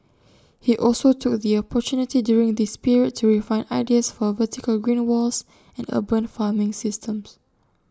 he also took the opportunity during this period to refine ideas for vertical green walls and urban farming systems